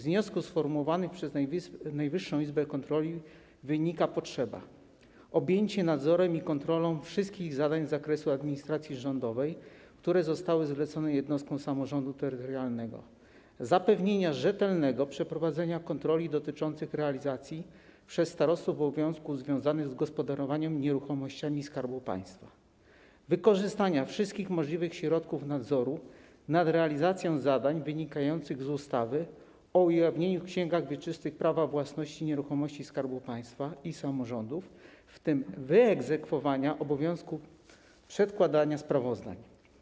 Z wniosków sformułowanych przez Najwyższą Izbę Kontroli wynika potrzeba objęcia nadzorem i kontrolą wszystkich zadań z zakresu administracji rządowej, które zostały zlecone jednostkom samorządu terytorialnego, zapewnienia rzetelnego przeprowadzenia kontroli dotyczących realizacji przez starostów obowiązków związanych z gospodarowaniem nieruchomościami Skarbu Państwa, wykorzystania wszystkich możliwych środków nadzoru nad realizacją zadań wynikających z ustawy o ujawnieniu w księgach wieczystych prawa własności nieruchomości Skarbu Państwa i samorządów, w tym egzekwowania obowiązku przedkładania sprawozdań.